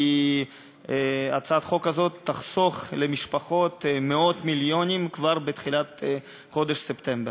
כי הצעת החוק הזאת תחסוך למשפחות מאות מיליונים כבר בתחילת חודש ספטמבר.